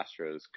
Astros